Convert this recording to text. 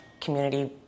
community